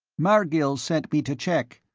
margil sent me to check,